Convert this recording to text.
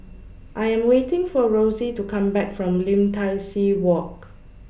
I Am waiting For Rossie to Come Back from Lim Tai See Walk